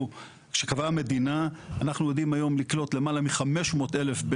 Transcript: אנחנו עשינו עבודה ממש לאחרונה,